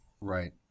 Right